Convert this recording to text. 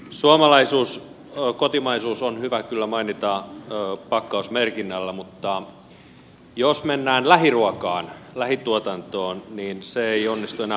suomalaisuus kotimaisuus on hyvä kyllä mainita pakkausmerkinnällä mutta jos mennään lähiruokaan lähituotantoon niin se ei onnistu enää pakkausmerkinnällä